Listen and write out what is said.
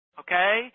okay